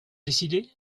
décidé